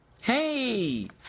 hey